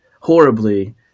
horribly